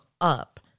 up